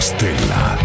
Stella